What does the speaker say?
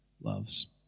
loves